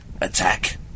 Attack